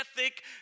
ethic